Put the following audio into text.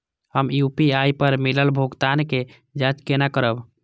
हम यू.पी.आई पर मिलल भुगतान के जाँच केना करब?